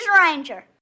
Ranger